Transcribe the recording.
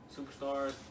superstars